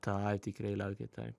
taip tikrai laukia taip